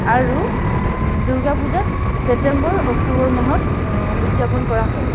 আৰু Durga Puja September October মাহত উদযাপন কৰা হয়